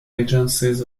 agencies